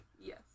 Yes